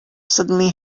suddenly